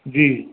जी